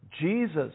Jesus